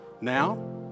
Now